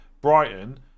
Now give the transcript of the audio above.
Brighton